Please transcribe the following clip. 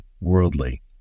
worldly